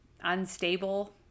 unstable